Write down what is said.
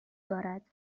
دارد